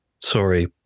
Sorry